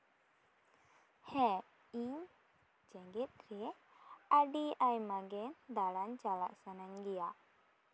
ᱦᱮᱸ ᱤᱧ ᱡᱮᱜᱮᱫ ᱨᱮ ᱟᱹᱰᱤ ᱟᱭᱢᱟᱜᱮ ᱫᱟᱬᱟᱱ ᱪᱟᱞᱟᱜ ᱥᱟᱱᱟᱧ ᱜᱮᱭᱟ